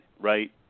right